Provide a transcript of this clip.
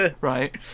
right